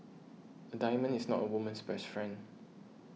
a diamond is not a woman's best friend